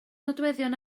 nodweddion